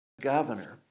governor